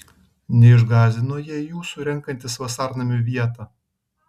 neišgąsdino jie jūsų renkantis vasarnamiui vietą